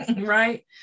Right